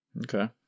Okay